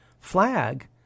flag